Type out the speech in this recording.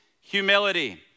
humility